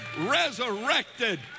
Resurrected